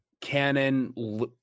canon